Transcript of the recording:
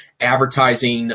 advertising